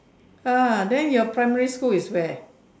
ah then your primary school is where